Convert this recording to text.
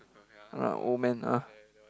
ah old man ah